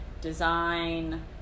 design